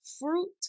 fruit